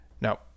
Now